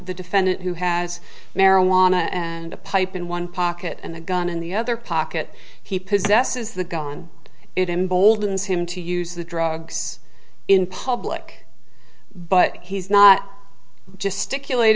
the defendant who has marijuana and a pipe in one pocket and a gun in the other pocket he possesses the gun it emboldens him to use the drugs in public but he's not just stick